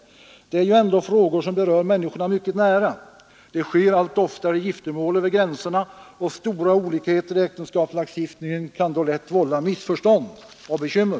Detta är ju ändå frågor som berör människorna mycket nära — det sker allt oftare giftermål över gränserna, och stora olikheter i äktenskapslagstiftningen kan då lätt vålla missförstånd och bekymmer.